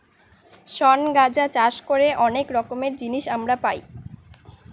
শন গাঁজা চাষ করে অনেক রকমের জিনিস আমরা পাই